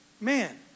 man